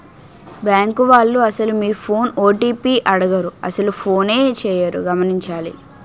bank వాళ్లు అసలు మీ ఫోన్ ఓ.టి.పి అడగరు అసలు ఫోనే చేయరు గమనించాలి